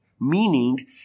meaning